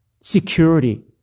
security